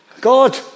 God